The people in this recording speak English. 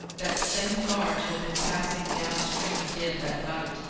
that same barge had been passing down stream again that night,